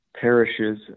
parishes